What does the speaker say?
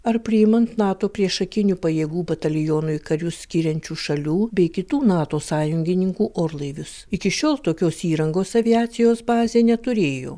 ar priimant nato priešakinių pajėgų batalionui karius skiriančių šalių bei kitų nato sąjungininkų orlaivius iki šiol tokios įrangos aviacijos bazė neturėjo